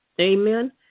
amen